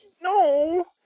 No